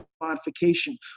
modification